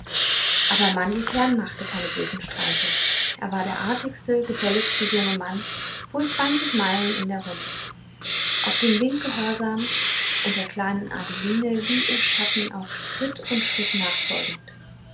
aber mandelkern machte keine bösen streiche er war der artigste gefälligste junge mann wohl zwanzig meilen in der runde auf den wink gehorsam und der kleinen adeline wie ihr schatten auf tritt und schritt nachfolgend